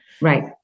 Right